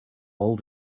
old